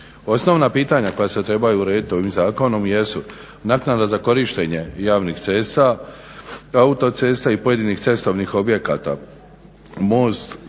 Osnovna pitanja koja se trebaju urediti ovim zakonom jesu naknada za korištenje javnih cesta, autocesta i pojedinih cestovnih objekata, most,